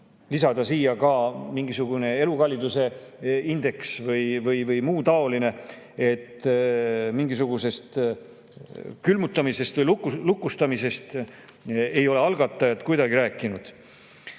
lisada ka mingisugune elukalliduse indeks või muu taoline. Mingisugusest külmutamisest või lukustamisest ei ole algatajad kuidagi rääkinud.